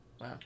Wow